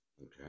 Okay